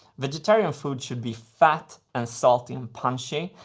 vegetarian food should be fat and salty and punchy.